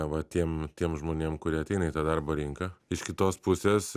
va tiem tiem žmonėm kurie ateina į tą darbo rinką iš kitos pusės